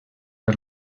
per